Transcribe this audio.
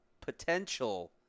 potential